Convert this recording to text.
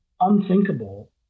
unthinkable